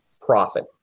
profit